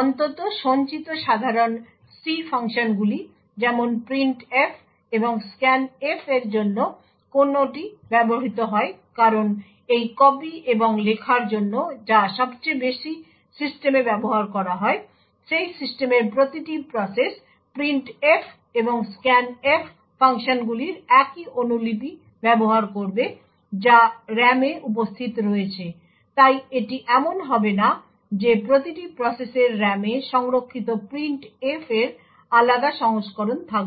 অন্তত সঞ্চিত সাধারণ C ফাংশনগুলি যেমন printf এবং scanf এর জন্য কোনটি ব্যবহৃত হয় কারণ এই কপি এবং লেখার জন্য যা সবচেয়ে বেশি সিস্টেমে ব্যবহার করা হয় সেই সিস্টেমের প্রতিটি প্রসেস printf এবং scanf ফাংশনগুলির একই অনুলিপি ব্যবহার করবে যা RAM তে উপস্থিত রয়েছে তাই এটি এমন হবে না যে প্রতিটি প্রসেসের RAM এ সংরক্ষিত printf এর আলাদা সংস্করণ থাকবে